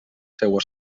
seua